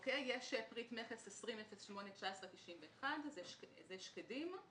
יש פריט מכס 20-081991, שקדים.